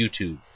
YouTube